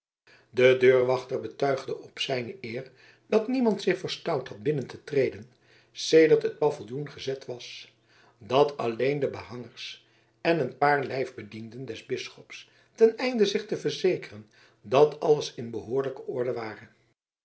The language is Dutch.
de deurwachter betuigde op zijne eer dat niemand zich verstout had binnen te treden sedert het paviljoen gezet was dan alleen de behangers en een paar lijfbedienden des bisschops ten einde zich te verzekeren dat alles in behoorlijke orde ware